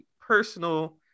personal